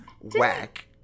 whack